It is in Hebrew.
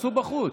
תעשו בחוץ.